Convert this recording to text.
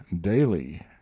daily